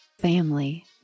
family